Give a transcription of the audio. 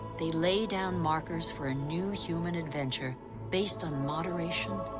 they lay down markers for a new human adventure based on moderation,